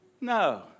No